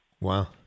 Wow